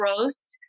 roast